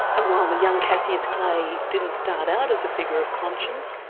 and while the young cassius clay didn't start out as a figure of conscience,